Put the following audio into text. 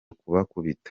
kubakubita